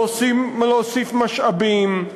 להוסיף משאבים,